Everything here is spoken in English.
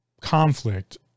conflict